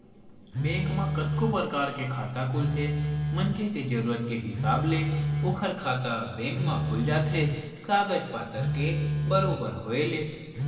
bank म कतको परकार के खाता खुलथे मनखे के जरुरत के हिसाब ले ओखर खाता बेंक म खुल जाथे कागज पतर के बरोबर होय ले